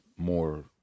more